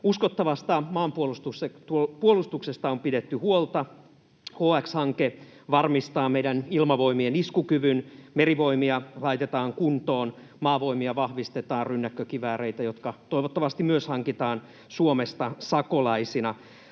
Uskottavasta maanpuolustuksesta on pidetty huolta. HX-hanke varmistaa meidän Ilmavoimien iskukyvyn, Merivoimia laitetaan kuntoon, Maavoimia vahvistetaan rynnäkkökivääreillä — jotka toivottavasti myös hankitaan Suomesta sakolaisina